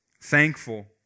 Thankful